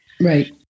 Right